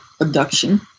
abduction